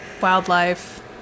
wildlife